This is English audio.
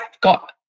got